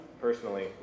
personally